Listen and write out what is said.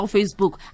Facebook